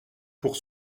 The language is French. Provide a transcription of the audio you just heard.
pour